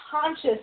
conscious